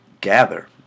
gather